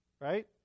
Right